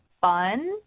fun